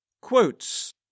Quotes